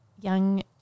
young